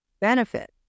benefit